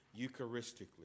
Eucharistically